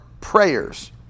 prayers